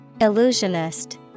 Illusionist